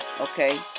Okay